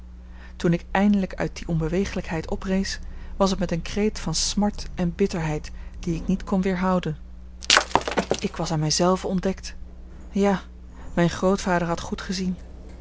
toen ik eindelijk uit die onbeweeglijkheid oprees was het met een kreet van smart en bitterheid dien ik niet kon weerhouden ik was aan mij zelve ontdekt ja mijn grootvader had goed gezien